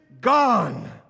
gone